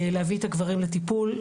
להביא את הגברים לטיפול,